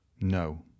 No